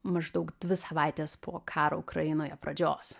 maždaug dvi savaitės po karo ukrainoje pradžios